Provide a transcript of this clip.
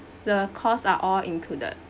the costs are all included